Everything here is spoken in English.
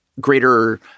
greater